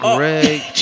Greg